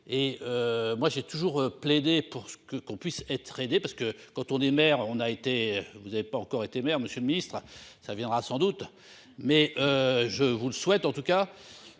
et. Moi j'ai toujours plaidé pour ce que qu'on puisse être aidé parce que quand on est maire on a été, vous avez pas encore été maire, Monsieur le Ministre, ça viendra sans doute mais. Je vous le souhaite en tout cas.